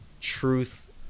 truth